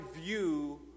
view